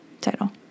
title